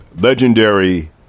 legendary